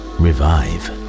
revive